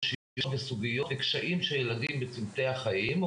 וסוגיות וקשיים של ילדים בצוותי החיים,